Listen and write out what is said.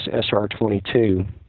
SR-22